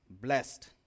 blessed